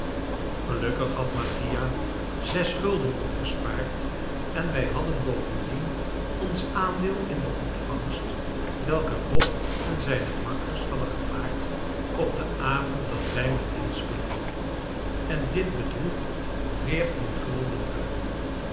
gelukkig had mattia zes gulden opgespaard en wij hadden bovendien ons aandeel in de ontvangst welke bob en zijne makkers hadden gemaakt op den avond dat wij met hen speelden en dit bedroeg veertien gulden ruim